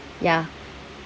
ya